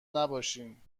نباشین